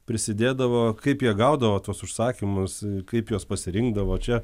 prisidėdavo kaip jie gaudavo tuos užsakymus kaip juos pasirinkdavo čia